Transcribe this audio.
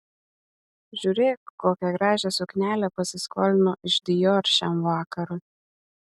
žiūrėk kokią gražią suknelę pasiskolino iš dior šiam vakarui